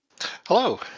Hello